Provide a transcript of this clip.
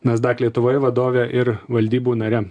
nasdak lietuvoj vadovė ir valdybų nariam